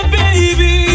baby